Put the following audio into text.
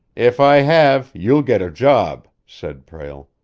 if i have, you'll get a job, said prale.